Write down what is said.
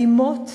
אלימות,